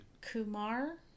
Kumar